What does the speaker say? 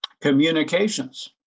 Communications